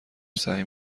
سعی